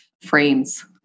frames